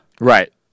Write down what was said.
right